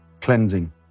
cleansing